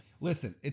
Listen